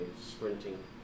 sprinting